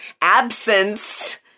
absence